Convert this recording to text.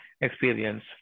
experience